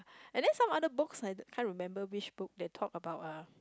and then some other books I can't remember which book that talk about uh